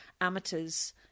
amateurs